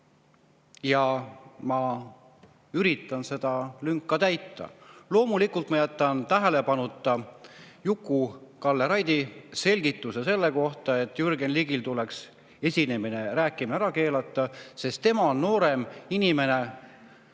ja ma üritan seda lünka täita. Loomulikult ma jätan tähelepanuta Juku-Kalle Raidi selgituse selle kohta, et Jürgen Ligil tuleks esinemine ja rääkimine ära keelata. Juku-Kalle on noorem inimene,